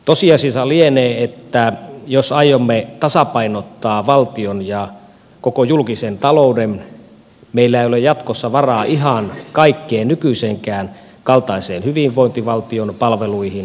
tosiasiahan lienee että jos aiomme tasapainottaa valtion ja koko julkisen talouden meillä ei ole jatkossa varaa ihan kaikkiin nykyisenkään kaltaisiin hyvinvointivaltion palveluihin